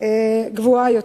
רבה יותר.